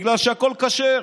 בגלל שהכול כשר,